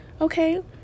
okay